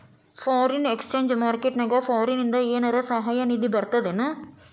Foreign exchange market ನ್ಯಾಗ ಫಾರಿನಿಂದ ಏನರ ಸಹಾಯ ನಿಧಿ ಬರ್ತದೇನು?